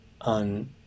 on